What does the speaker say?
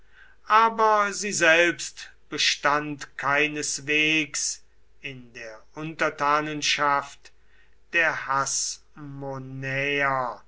aber sie selbst bestand keineswegs in der untertanenschaft der